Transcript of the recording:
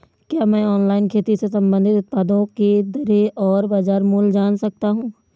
क्या मैं ऑनलाइन खेती से संबंधित उत्पादों की दरें और बाज़ार मूल्य जान सकता हूँ?